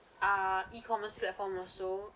uh e-commerce platform also